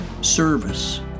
service